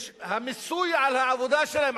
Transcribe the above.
המיסוי על העבודה שלהם,